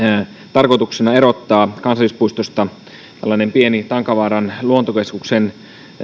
tarkoituksena erottaa kansallispuistosta tällainen pieni tankavaaran luontokeskuksen